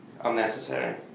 Unnecessary